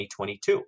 2022